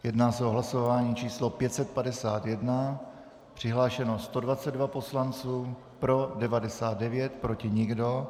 Jedná se o hlasování číslo 551, přihlášeno 122 poslanců, pro 99, proti nikdo.